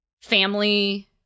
family